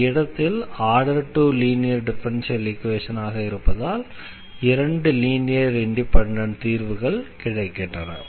இந்த இடத்தில் order 2 linear differential ஈக்வேஷனாக இருப்பதால் இரண்டு லீனியர் இண்டிபெண்டண்ட் தீர்வுகள் கிடைக்கின்றன